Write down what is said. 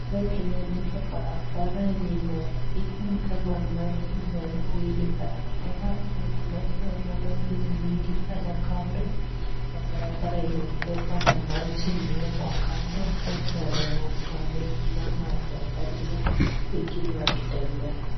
Hapa tunaonyeshwa barabara enye imeharibika ni kama maji imeharibu ile barabara, tunavyo ona maji mingi sana hapo, na barabara imebebwa na maji na imewekwa kando watu wamesimama wakiangalia wengine wakitembea.